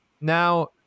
now